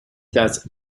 that